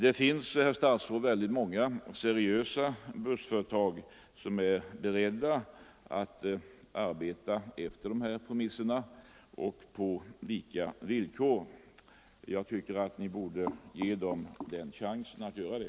Det finns, herr statsråd, många seriösa bussföretag som är beredda att arbeta efter de här premisserna och på lika villkor. Jag tycker att Ni borde ge dem chansen att göra det.